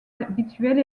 inhabituelle